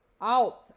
Out